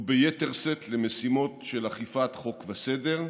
וביתר שאת למשימות של אכיפת חוק וסדר.